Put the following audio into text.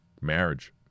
marriage